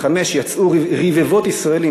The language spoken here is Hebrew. יצאו רבבות ישראלים,